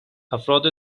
افراد